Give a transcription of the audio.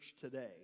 today